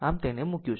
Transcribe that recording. આમ તેને મુક્યું